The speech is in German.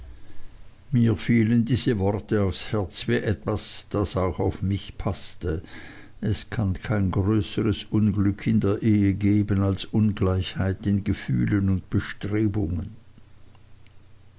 mir fielen diese worte aufs herz wie etwas was auch auf mich paßte es kann kein größeres unglück in der ehe geben als ungleichheit in gefühlen und bestrebungen